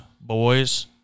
boys